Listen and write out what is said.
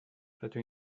rydw